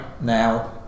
now